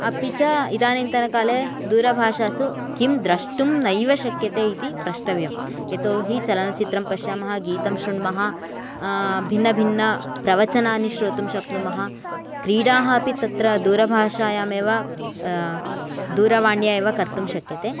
अपि च इदानीन्तन काले दूरभाषासु किं द्रष्टुं नैव शक्यते इति प्रष्टव्यम् यतोहि चलनचित्रं पश्यामः गीतं श्रुण्मः भिन्न भिन्न प्रवचनानि श्रोतुं शक्नुमः क्रीडाः अपि तत्र दूरभाषायाम् एव दूरवाण्या एव कर्तुं शक्यते